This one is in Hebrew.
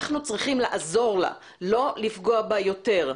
אנחנו צריכים לעזור לה, לא לפגוע בה יותר.